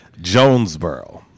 Jonesboro